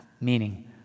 meaning